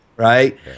Right